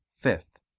fifth